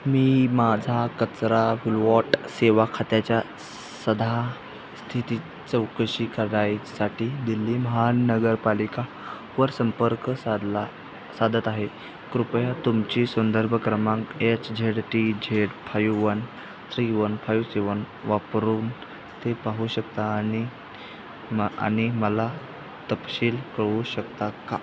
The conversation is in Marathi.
मी माझा कचरा विल्हेवाट सेवा खात्याच्या सद्यस्थिती चौकशी करायसाठी दिल्ली महानगरपालिकावर संपर्क साधला साधत आहे कृपया तुमची संदर्भ क्रमांक H Z T Z five one three one five seven वापरून ते पाहू शकता आणि म आणि मला तपशील कळवू शकता का